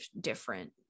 different